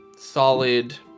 solid